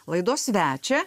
laidos svečią